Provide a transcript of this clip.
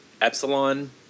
Epsilon